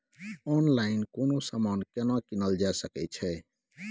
Online कोनो समान केना कीनल जा सकै छै?